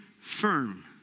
firm